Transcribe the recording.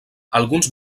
alguns